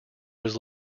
was